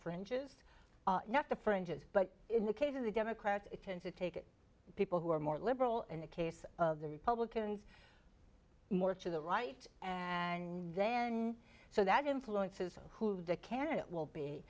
fringes not the fringes but in the case of the democrats tend to take people who are more liberal in the case of the republicans more to the right and then so that influences who the candidate will be